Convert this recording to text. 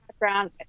background